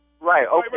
right